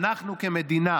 אנחנו כמדינה